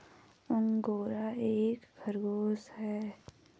angora एक खरगोश है